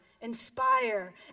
inspire